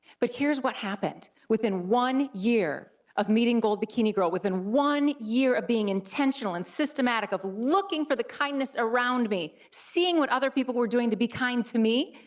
but here's what happened, within one year of meeting gold bikini girl, within one year of being intentional and systematic, of looking for the kindness around me, seeing what other people were doing to be kind to me,